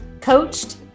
coached